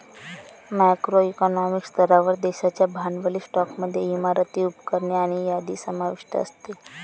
macro economic स्तरावर, देशाच्या भांडवली स्टॉकमध्ये इमारती, उपकरणे आणि यादी समाविष्ट असते